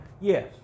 Yes